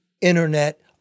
internet